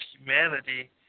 humanity